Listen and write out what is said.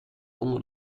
onder